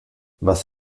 was